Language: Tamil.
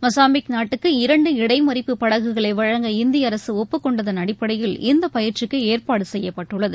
மொசாம்பிக் நாட்டுக்கு இரண்டு இடைமறிப்பு படகுகளைவழங்க இந்தியஅரகஒப்புக்கொண்டதன் அடிப்படையில் இந்தபயிற்சிக்குஏற்பாடுசெய்யப்பட்டது